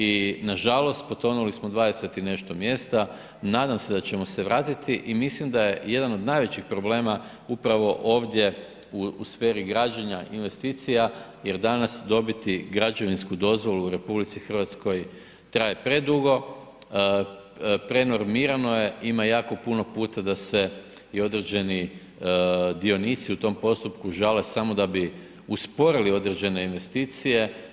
I nažalost potonuli smo 20 i nešto mjesta, nadam se da ćemo se vratiti i mislim da je jedan od najvećih problema upravo ovdje u sferi građenja investicija jer danas dobiti građevinsku dozvolu u RH traje predugo, prenormirano je, ima jako puno puta da se i određeni dionici u tom postupku žale samo da bi usporili određene investicije.